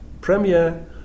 premiere